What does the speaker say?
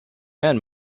and